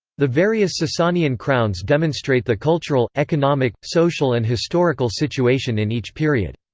the various sasanian crowns demonstrate the cultural, economic, social and historical situation in each period.